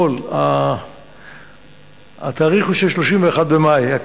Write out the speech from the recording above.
התאריך הוא 31 במאי.